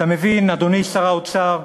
אתה מבין, אדוני שר האוצר,